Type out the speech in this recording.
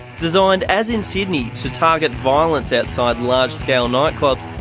designed, as in sydney, to target violence outside large-scale nightclubs,